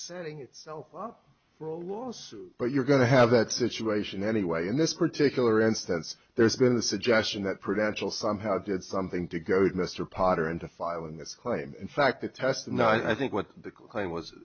setting itself up for a lawsuit but you're going to have that situation anyway in this particular instance there's been the suggestion that prudential somehow did something to goad mr potter into filing this claim in fact the test and i think what the claim was